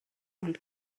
ond